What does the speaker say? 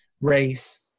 race